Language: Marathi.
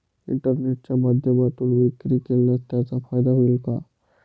इंटरनेटच्या माध्यमातून विक्री केल्यास त्याचा फायदा होईल का?